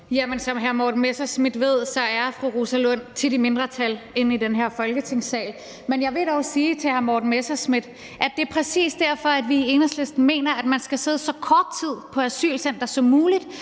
som hr. Morten Messerschmidt ved, er fru Rosa Lund tit i mindretal i den her Folketingssal. Men jeg vil dog sige til hr. Morten Messerschmidt, at det præcis er derfor, vi i Enhedslisten mener, at man skal sidde så kort tid på et asylcenter som muligt,